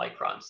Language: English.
microns